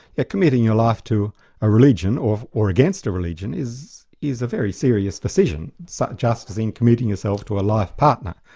yeah committing your life to a religion, or or against a religion, is is a very serious decision, so just as in committing yourself to a life partner.